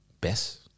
Best